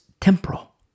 temporal